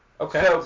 okay